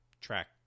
track